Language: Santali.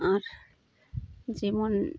ᱟᱨ ᱡᱮᱢᱚᱱ